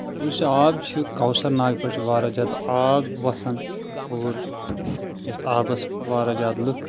وۄنۍ یُس یہِ آب چھُ کونثر ناگہٕ پٮ۪ٹھ چھُ واریاہ زیادٕ آب وسان اور یتھ آبس واریاہ زیادٕ لُکھ